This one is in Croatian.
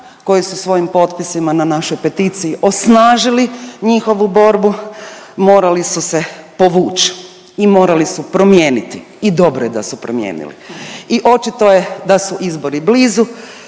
koji su svojim potpisima na našoj peticiji osnažili njihovu borbu, morali su se povuć i morali su promijenili i dobro je da su promijenili. I očito je da su izbori blizu